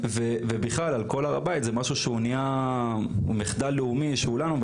ובכלל על כל הר הבית, זה מחדל לאומי של כולנו.